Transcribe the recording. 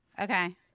Okay